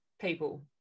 people